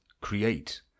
create